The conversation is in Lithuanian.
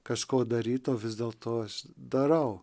kažko daryt o vis dėl to aš darau